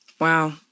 Wow